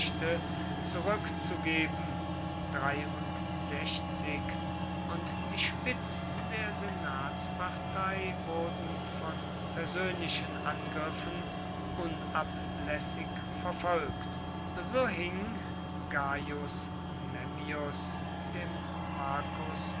zurückzugeben und die spitzen der senatspartei wurden von persönlichen angriffen unablässig verfolgt so hing gaius memmius dem marcus